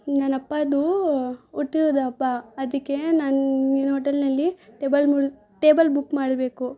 ನನ್ನ ಅಪ್ಪದು ಹುಟ್ಟಿರೋದು ಹಬ್ಬ ಅದಕ್ಕೆ ನಾನು ನಿನ್ನ ಹೋಟೆಲ್ನಲ್ಲಿ ಟೇಬಲ್ ಮುಲ್ ಟೇಬಲ್ ಬುಕ್ ಮಾಡಬೇಕು